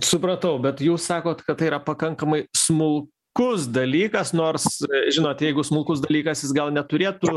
supratau bet jūs sakot kad tai yra pakankamai smulkus dalykas nors žinot jeigu smulkus dalykas jis gal neturėtų